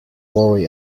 worry